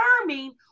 confirming